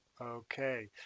Okay